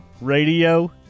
Radio